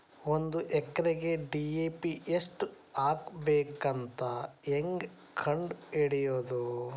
ಒಂದು ಎಕರೆಗೆ ಡಿ.ಎ.ಪಿ ಎಷ್ಟು ಹಾಕಬೇಕಂತ ಹೆಂಗೆ ಕಂಡು ಹಿಡಿಯುವುದು?